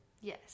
yes